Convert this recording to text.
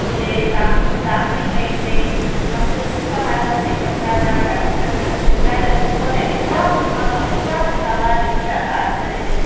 हुते तापी तापड़ी कईसीं मस्तु सूफ खाधासीं शिमला जा ॾाढी मज़ा शिमला जा सूफ त एतिरा मिठा हुआ एतिरा मिठा जंहिंजी का ॻाल्हि छॾे ॾिए